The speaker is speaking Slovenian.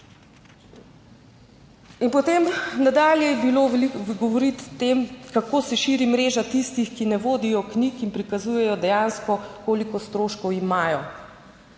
In potem nadalje je bilo, veliko govoriti o tem, kako se širi mreža tistih, ki ne vodijo knjig in prikazujejo dejansko koliko stroškov imajo.